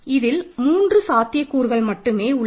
இந்த மூன்று சாத்தியக் கூறுகள் மட்டுமே உள்ளன